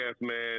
man